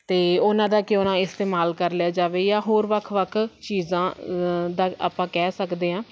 ਤਾਂ ਉਹਨਾਂ ਦਾ ਕਿਉਂ ਨਾ ਇਸਤੇਮਾਲ ਕਰ ਲਿਆ ਜਾਵੇ ਜਾਂ ਹੋਰ ਵੱਖ ਵੱਖ ਚੀਜ਼ਾਂ ਤੱਕ ਆਪਾਂ ਕਹਿ ਸਕਦੇ ਹਾਂ